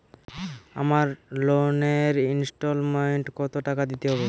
আমার লোনের ইনস্টলমেন্টৈ কত টাকা দিতে হবে?